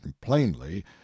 plainly